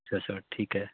yes sir ਠੀਕ ਹੈ